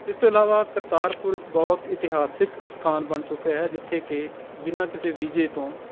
ਇਸ ਤੋਂ ਇਲਾਵਾ ਕਰਤਾਰਪੁਰ ਬਹੁਤ ਇਤਿਹਾਸਕ ਸਥਾਨ ਬਣ ਚੁੱਕਿਆ ਹੈ ਜਿੱਥੇ ਕਿ ਬਿਨਾ ਕਿਸੇ ਵਿਜ਼ੇ ਤੋਂ